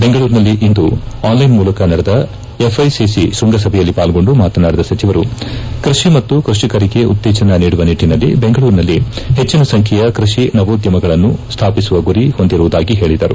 ಬೆಂಗಳೂರಿನಲ್ಲಿಂದು ಆನ್ಲೈನ್ ಮೂಲಕ ನಡೆದ ಎಫ್ಐಸಿಸಿ ಶೃಂಗಸಭೆಯಲ್ಲಿ ಪಾಲ್ಗೊಂಡು ಮಾತನಾಡಿದ ಸಚಿವರು ಕೃಷಿ ಮತ್ತು ಕೃಷಿಕರಿಗೆ ಉತ್ತೇಜನ ನೀಡುವ ನಿಟ್ಟನಲ್ಲಿ ಬೆಂಗಳೂರಿನಲ್ಲಿ ಹೆಚ್ಚಿನ ಸಂಖ್ಯೆಯ ಕೃಷಿ ನವೋದ್ಯಮಗಳನ್ನು ಸ್ಥಾಪಿಸುವ ಗುರಿ ಹೊಂದಿರುವುದಾಗಿ ಹೇಳದರು